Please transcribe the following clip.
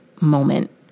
moment